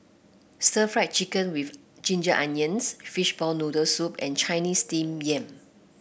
Stir Fried Chicken with Ginger Onions Fishball Noodle Soup and Chinese Steamed Yam